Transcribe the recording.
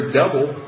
double